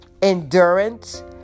Endurance